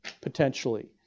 potentially